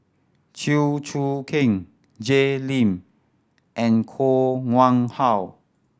Chew Choo Keng Jay Lim and Koh Nguang How